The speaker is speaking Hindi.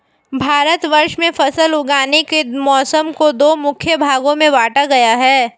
भारतवर्ष में फसल उगाने के मौसम को दो मुख्य भागों में बांटा गया है